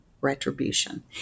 retribution